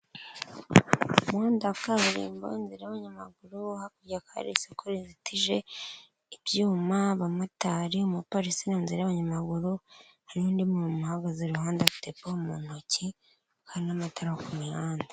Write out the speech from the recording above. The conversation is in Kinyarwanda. Ubu wafungurimbo nzi y'abanyamaguru bo hakurya hakaba hari isoko rizitije ibyuma ,abamotari, umupoli mu nzira y'abanyamaguru hari n'undi muntu uhagaze iruhande afitte pome mu ntoki n'amatara ku mihanda.